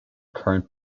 current